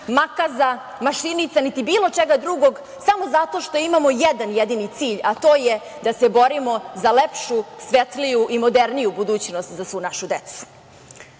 makaza, mašinica, niti bilo čega drugog, samo zato što imamo jedan jedini cilj, a to je da se borimo za lepšu, svetliju i moderniju budućnost za svu našu decu. Kao